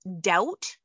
doubt